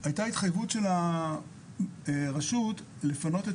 והייתה התחייבות של הרשות לפנות את